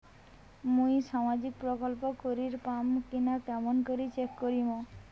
মুই সামাজিক প্রকল্প করির পাম কিনা কেমন করি চেক করিম?